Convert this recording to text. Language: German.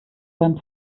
beim